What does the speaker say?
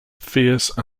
fierce